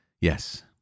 Yes